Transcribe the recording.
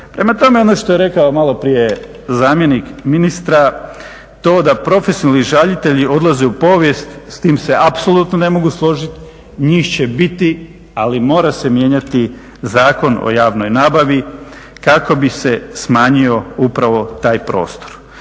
Prema tome, ono što je rekao maloprije zamjenik ministra to da profesionalni žalitelji odlaze u povijest s tim se apsolutno ne mogu složiti, njih će biti ali mora se mijenjati Zakon o javnoj nabavi kako bi se smanjio upravo taj prostor.